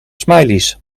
smileys